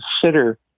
consider